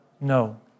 no